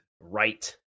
right